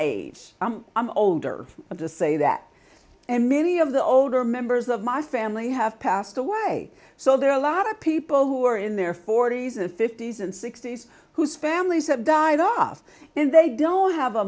age i'm older and to say that and many of the older members of my family have passed away so there are a lot of people who are in their forty's and fifty's and sixty's whose families have died off and they don't have a